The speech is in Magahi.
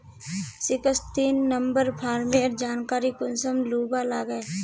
सिक्सटीन नंबर फार्मेर जानकारी कुंसम लुबा लागे?